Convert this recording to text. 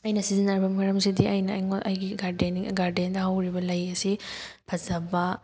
ꯑꯩꯅ ꯁꯤꯖꯟꯅꯔꯤꯕ ꯃꯔꯝꯁꯤꯗꯤ ꯑꯩꯅ ꯑꯩꯒꯤ ꯒꯥꯔꯗꯦꯅꯤꯡ ꯒꯥꯔꯗꯦꯟꯗ ꯍꯧꯔꯤꯕ ꯂꯩ ꯑꯁꯤ ꯐꯖꯕ